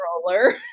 roller